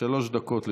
שלוש דקות לרשותך.